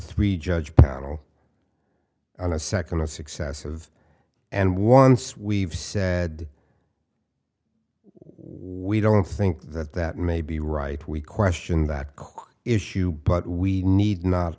three judge panel and a second successive and once we've said we don't think that that may be right we question that quite issue but we need not